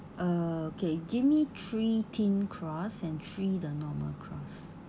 uh okay give me three thin crust and three the normal crust